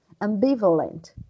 ambivalent